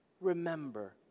remember